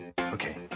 Okay